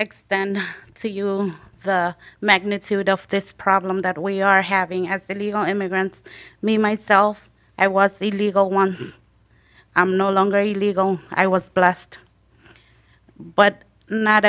extend to you the magnitude of this problem that we are having as illegal immigrants me myself i was a legal one i'm no longer a legal i was blessed but not